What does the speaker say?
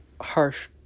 harsh